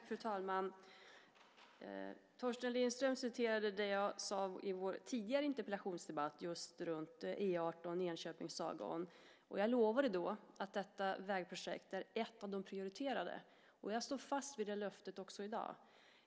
Fru talman! Torsten Lindström refererade det som jag sade i vår tidigare interpellationsdebatt om just E 18 mellan Enköping och Sagån. Jag lovade då att detta vägprojekt är ett av de prioriterade. Jag står fast vid detta löfte också i dag.